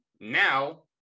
now